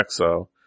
Exo